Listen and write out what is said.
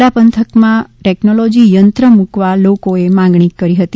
બરડા પંથકમાં ટેકનોલોજી યંત્ર મૂકવા લોક માંગણી ઉઠી હતી